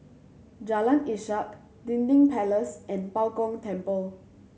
Jalan Ishak Dinding Place and Bao Gong Temple